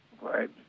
Right